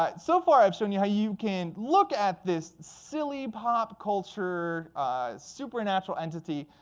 um so far i've shown you how you can look at this silly pop culture supernatural entity,